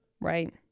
Right